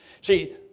See